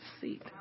seat